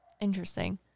Interesting